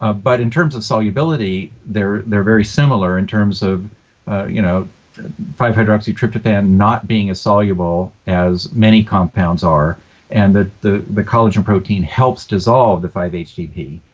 ah but in terms of solubility, they're they're very similar in terms of you know five hydroxytryptophan not being as soluble as many compounds are and that the the collagen protein helps dissolve the five htp.